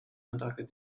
conducted